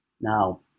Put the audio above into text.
Now